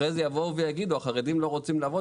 אחרי זה יבואו ויגידו 'החרדים לא רוצים לעבוד,